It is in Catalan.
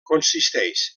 consisteix